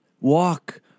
walk